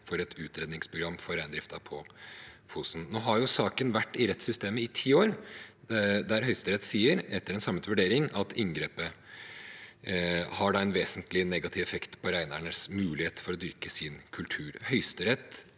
for et utredningsprogram for reindriften på Fosen. Nå har saken vært i rettssystemet i ti år, der Høyesterett etter en samlet vurdering sier at inngrepet har en vesentlig negativ effekt på reineiernes muligheter for å dyrke sin kultur. Høyesterett